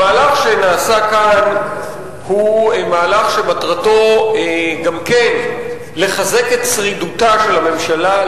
המהלך שנעשה כאן הוא מהלך שמטרתו גם כן לחזק את שרידותה של הממשלה,